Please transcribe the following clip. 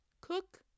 Cook